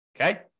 Okay